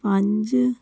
ਪੰਜ